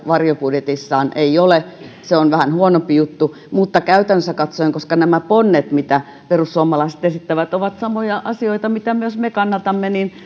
varjobudjetissaan ei ole se on vähän huonompi juttu mutta käytännössä katsoen koska nämä ponnet mitä perussuomalaiset esittävät ovat samoja asioita mitä myös me kannatamme